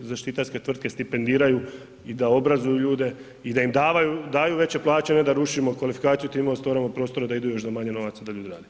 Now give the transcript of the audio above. zaštitarske tvrtke stipendiraju i da obrazuju ljude i da im daju veće plaće, ne da rušimo kvalifikaciju time otvaramo prostora da idu još za manje novaca da ljudi rade.